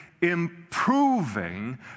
improving